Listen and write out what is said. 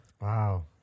Wow